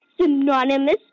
synonymous